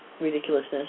ridiculousness